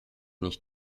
nicht